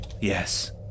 Yes